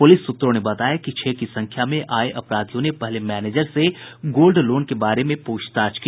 police सूत्रों ने बताया कि छह की संख्या में आये अपराधियों ने पहले मैनेजर से गोल्ड लोन के बारे में पूछताछ की